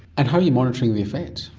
and how are you monitoring the effects?